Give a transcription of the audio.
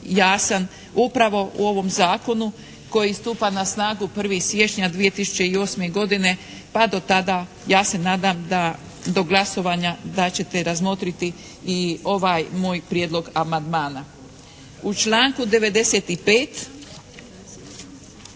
jasan upravo u ovom zakonu koji stupa na snagu 1. siječnja 2008. godine. Pa do tada ja se nadam, da do glasovanja, da ćete razmotriti i ovaj moj prijedlog amandmana. U članku 95.